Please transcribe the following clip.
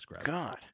God